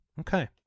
Okay